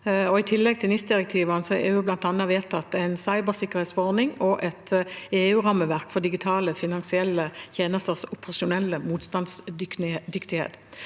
I tillegg til NIS-direktivene har EU bl.a. vedtatt en cybersikkerhetsforordning og et EU-rammeverk for digitale finansielle tjenesters operasjonelle motstandsdyktighet.